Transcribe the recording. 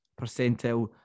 percentile